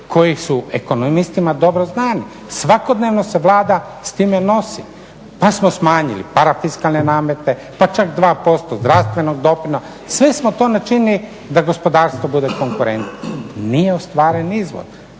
koji su ekonomistima dobro znani. Svakodnevno se Vlada s time nosi. Pa smo smanjili parafiskalne namete, pa čak 2% zdravstvenog …/Govornik se ne razumije./… sve smo to načinili da gospodarstvo bude konkurentno nije ostvaren izvoz.